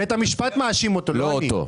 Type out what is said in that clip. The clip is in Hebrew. בית המשפט מאשים אותו, לא אני.